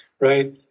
Right